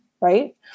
right